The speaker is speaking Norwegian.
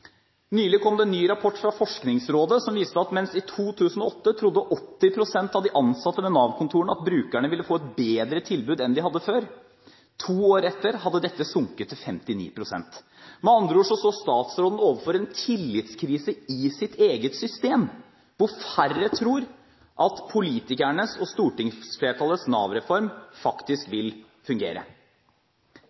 Nylig kom det en ny rapport fra Forskningsrådet som viste at mens 80 pst. av de ansatte ved Nav-kontorene i 2008 trodde at brukerne ville få et bedre tilbud enn de hadde før, hadde dette to år senere sunket til 59 pst. Med andre ord står statsråden overfor en tillitskrise i sitt eget system, hvor færre tror at politikernes og stortingsflertallets Nav-reform faktisk vil fungere.